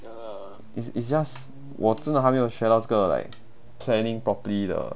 is is just 我真的还没有学到这个 like planning properly 的